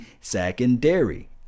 secondary